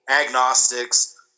agnostics